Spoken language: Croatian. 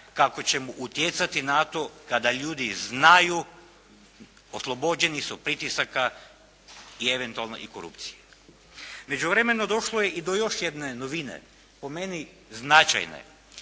kako ćemo utjecati na to kada ljudi znaju, oslobođeni su pritisaka i eventualno i korupcije. U međuvremenu došlo je i do još jedne novine, po meni značajne.